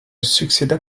succéda